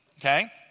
Okay